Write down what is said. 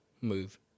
move